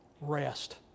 Rest